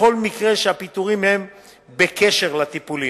בכל מקרה שהפיטורים הם בקשר לטיפולים.